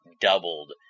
doubled